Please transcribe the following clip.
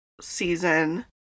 season